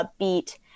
upbeat